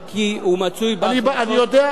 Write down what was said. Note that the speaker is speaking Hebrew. אני יודע שאתה בקי.